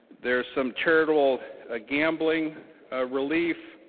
there some charitable ah gambling relief